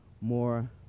more